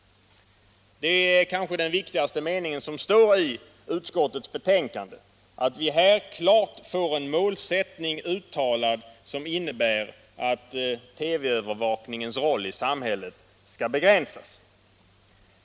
Det är kanske den viktigaste meningen i utskottets betänkande att vi här klart får en uttalad målsättning som innebär att TV-övervakningens roll i samhället skall begränsas.